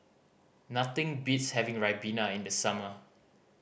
nothing beats having ribena in the summer